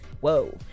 Whoa